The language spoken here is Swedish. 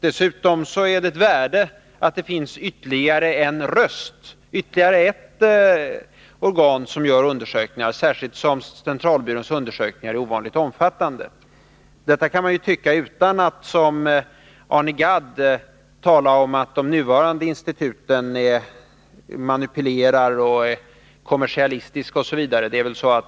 Dessutom är det av värde att det finns ytterligare ett organ som gör undersökningar, särskilt som centralbyråns undersökningar är ovanligt omfattande. Detta kan man tycka utan att, som Arne Gadd, anse att de andra instituten manipulerar, är kommersiella, osv.